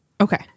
Okay